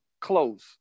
close